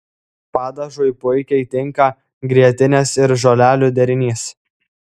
padažui puikiai tinka grietinės ir žolelių derinys